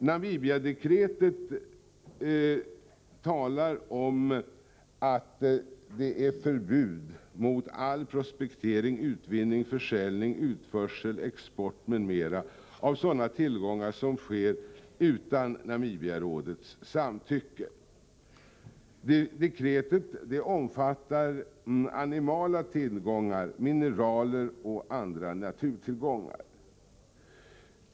Namibiadekretet talar om att det är förbud mot all prospektering, utvinning, försäljning, utförsel, export m.m. av tillgångar som sker utan Namibiarådets samtycke. Detta dekret omfattar animala tillgångar, mineraler och andra naturtillgångar.